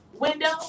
window